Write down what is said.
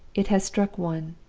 it has struck one.